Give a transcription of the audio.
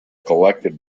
collected